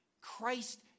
Christ